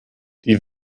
die